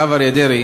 הרב אריה דרעי,